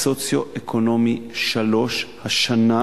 בסוציו-אקונומי 3 השנה